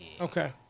Okay